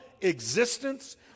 existence